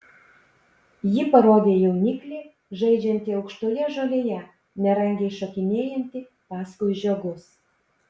ji parodė į jauniklį žaidžiantį aukštoje žolėje nerangiai šokinėjantį paskui žiogus